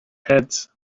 heads